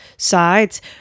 sides